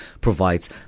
provides